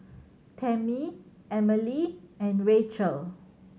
Tammi Emelie and Rachelle